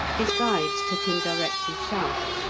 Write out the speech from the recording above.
his guides took him directly south,